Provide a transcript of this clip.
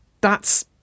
That's